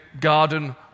garden